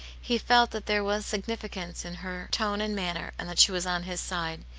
he felt that there was significance in her tone and manner, and that she was on his side.